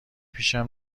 پیشم